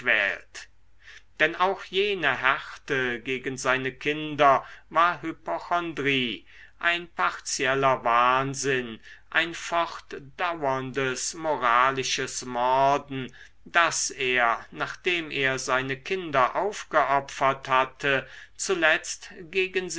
denn auch jene härte gegen seine kinder war hypochondrie ein partieller wahnsinn ein fortdauerndes moralisches morden das er nachdem er seine kinder aufgeopfert hatte zuletzt gegen